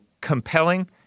compelling